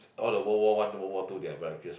all the War World One War World Two they are very fierce